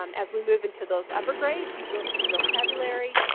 um as we move into those upper grades, you will see vocabulary,